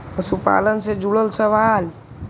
पशुपालन से जुड़ल सवाल?